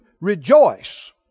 rejoice